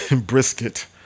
Brisket